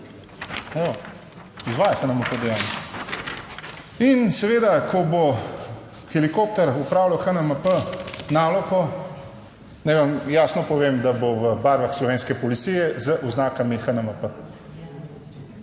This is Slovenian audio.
In seveda, ko bo helikopter opravljal HNMP nalogo, naj vam jasno povem, da bo v barvah slovenske policije z oznakami HNMP,